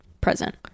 present